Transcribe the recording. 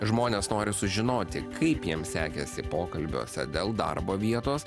žmonės nori sužinoti kaip jiems sekėsi pokalbiuose dėl darbo vietos